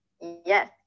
Yes